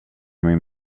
min